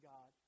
God